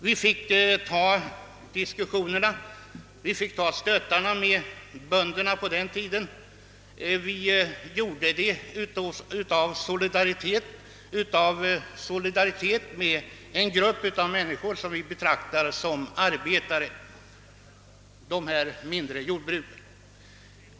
Vi fick ta diskussionerna och stötarna med bönderna på den tiden, och vi gjorde det av solidaritet med en grupp som vi betraktar som arbetare — de mindre jordbrukarna.